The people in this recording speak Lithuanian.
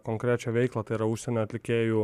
konkrečią veiklą tai yra užsienio atlikėjų